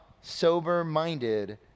sober-minded